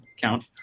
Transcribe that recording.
count